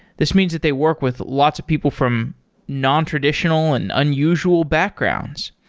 this means that they work with lots of people from nontraditional and unusual backgrounds.